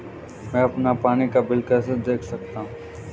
मैं अपना पानी का बिल कैसे देख सकता हूँ?